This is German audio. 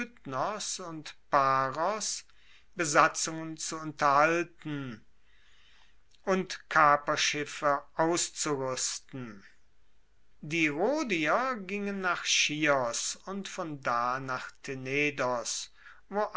und paros besatzungen zu unterhalten und kaperschiffe auszuruesten die rhodier gingen nach chios und von da nach tenedos wo